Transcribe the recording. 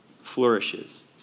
flourishes